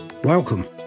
Welcome